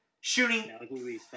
shooting